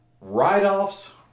Write-offs